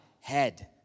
head